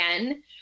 again